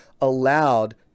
allowed